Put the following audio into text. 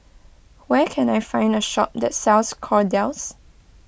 where can I find a shop that sells Kordel's